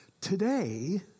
Today